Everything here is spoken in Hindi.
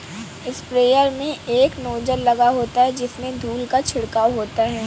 स्प्रेयर में एक नोजल लगा होता है जिससे धूल का छिड़काव होता है